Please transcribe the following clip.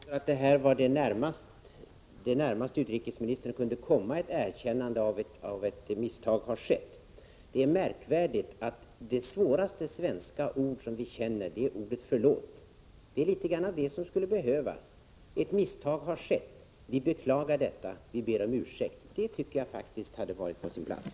Fru talman! Jag förmodar att det här var det närmaste som utrikesministern kunde komma ett erkännande av att ett misstag har skett. Det är märkligt att det svåraste svenska ord som vi känner är ordet förlåt. Det är litet grand av det som skulle behövas: Ett misstag har skett. Vi beklagar detta. Vi ber om ursäkt. Det tycker jag faktiskt hade varit på sin plats.